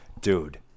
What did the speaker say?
dude